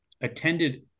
attended